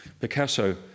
Picasso